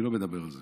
אני לא מדבר על זה,